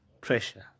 pressure